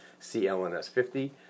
CLNS50